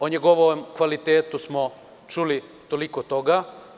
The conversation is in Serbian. O njegovom kvalitetu smo čuli toliko toga.